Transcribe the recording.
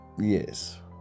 Yes